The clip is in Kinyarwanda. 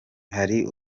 hari